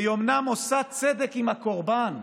והיא אומנם עושה צדק עם הקורבן,